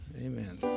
Amen